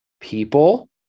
people